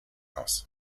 aus